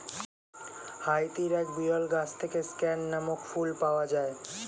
হাইতির এক বিরল গাছ থেকে স্ক্যান নামক ফুল পাওয়া যায়